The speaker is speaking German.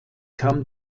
kam